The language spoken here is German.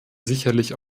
sicherlich